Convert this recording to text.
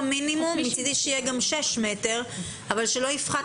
מצדי שיהיה גם 6 מטרים אבל שלא יפחת